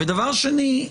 ודבר שני,